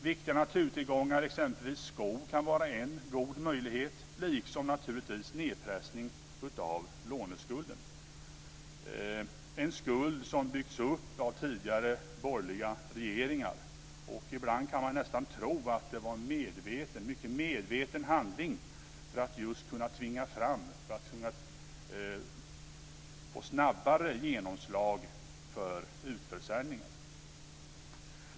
Viktiga naturtillgångar, exempelvis skog, kan vara en möjlighet, liksom naturligtvis nedpressning av låneskulden, en skuld som byggts upp av tidigare borgerliga regeringar. Ibland kan man nästan tro att det var en mycket medveten handling för att just kunna tvinga fram snabbare genomslag för utförsäljningar.